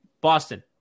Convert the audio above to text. Boston